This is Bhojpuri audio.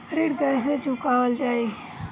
ऋण कैसे चुकावल जाई?